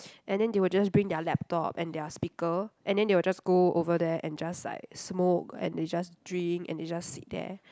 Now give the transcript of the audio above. and then they will just bring their laptop and their speaker and then they will just go over there and just like smoke and they just drink and they just sit there